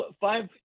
five